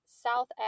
South